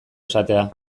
esatea